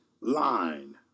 line